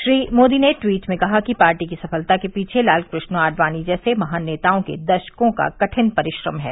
श्री मोदी ने ट्वीट में कहा कि पार्टी की सफलता के पीछे लालक्रष्ण आडवाणी जैसे महान नेताओं के दशकों का कठिन परिश्रम है